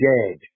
Dead